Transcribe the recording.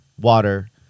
water